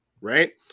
right